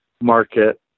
market